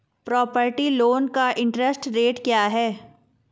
Property loan का interest rate क्या है?